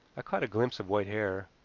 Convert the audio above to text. i caught a glimpse of white hair,